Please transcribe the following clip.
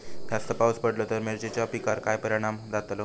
जास्त पाऊस पडलो तर मिरचीच्या पिकार काय परणाम जतालो?